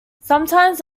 sometimes